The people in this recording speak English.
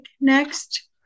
next